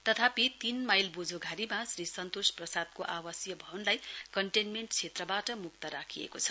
तथापि तीन माईल बोझोघारीमा श्री सन्तोष प्रसादको आवासीय भवनलाई कन्टेन्मेण्ट क्षेत्रबाट मुक्त राखिएको छ